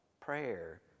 prayer